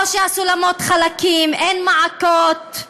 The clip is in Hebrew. או שהסולמות חלקים, או שאין מעקות,